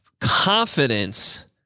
confidence